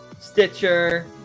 Stitcher